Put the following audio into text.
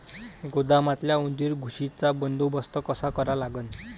गोदामातल्या उंदीर, घुशीचा बंदोबस्त कसा करा लागन?